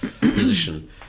position